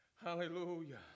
Hallelujah